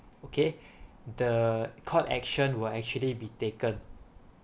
okay the court action will actually be taken